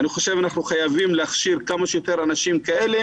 אני חושב שאנחנו חייבים להכשיר כמה שיותר אנשים כאלה